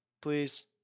please